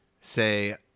say